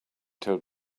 told